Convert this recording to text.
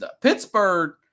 Pittsburgh